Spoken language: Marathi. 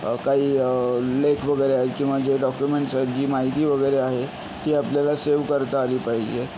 काही लेख वगैरे आहे किंवा जे डॉक्युमेंट्स आहेत जी माहिती वगैरे आहे ती आपल्याला सेव करता आली पाहिजे